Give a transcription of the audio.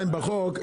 בחוק.